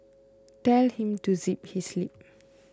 tell him to zip his lip